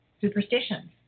superstitions